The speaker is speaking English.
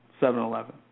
7-Eleven